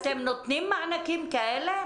אתם נותנים מענקים כאלה?